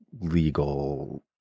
legal